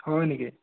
হয় নেকি